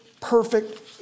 perfect